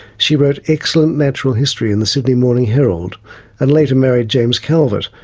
she wrote excellent natural history in the sydney morning herald and later married james calvert,